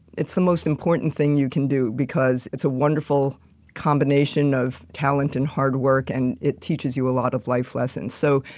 it's the most important thing you can do because it's a wonderful combination of talent and hard work and it teaches you a lot of life lessons. so,